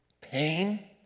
Pain